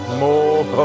more